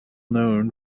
known